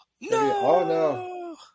no